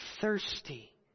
thirsty